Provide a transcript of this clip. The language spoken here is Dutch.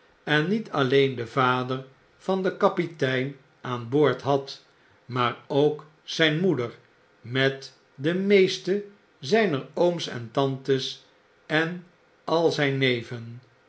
en niet alleen den vadejr van den kapitein aan boord had maar ook zijn raoeder met de raeeste zijner ooms en tantes en al zgn neven